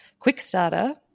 Quickstarter